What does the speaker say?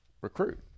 recruit